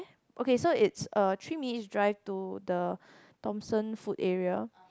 okay is a three minute drive to the Thomson food area